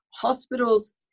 hospitals